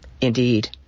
Indeed